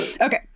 Okay